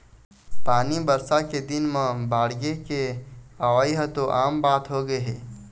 पानी बरसा के दिन म बाड़गे के अवइ ह तो आम बात होगे हे